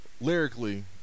Lyrically